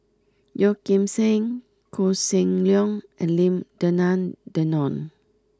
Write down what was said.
Yeo Kim Seng Koh Seng Leong and Lim Denan Denon